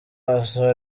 maso